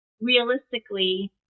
realistically